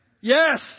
Yes